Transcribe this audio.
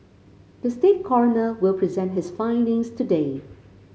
the state coroner will present his findings today